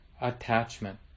attachment